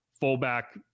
fullback